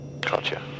Gotcha